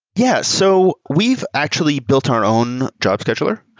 yeah. so we've actually built our own job scheduler,